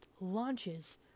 launches